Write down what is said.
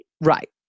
Right